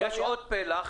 יש עוד פלח,